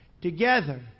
Together